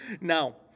Now